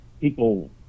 People